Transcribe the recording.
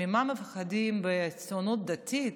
ממה מפחדים בציונות הדתית?